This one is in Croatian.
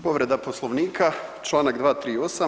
Povreda Poslovnika, članak 238.